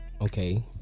okay